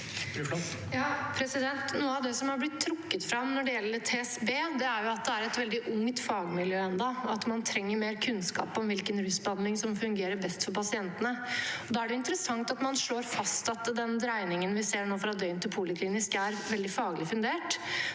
Noe av det som er blitt trukket fram når det gjelder TSB, er at det ennå er et veldig ungt fagmiljø, og at man trenger mer kunnskap om hvilken rusbehandling som fungerer best for pasientene. Da er det jo interessant at man slår fast at den dreiningen vi nå ser fra døgn til poliklinisk, er veldig faglig fundert,